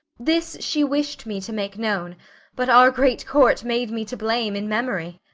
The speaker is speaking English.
this she wish'd me to make known but our great court made me to blame in memory.